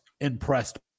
impressed